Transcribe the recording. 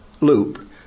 loop